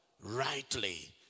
Rightly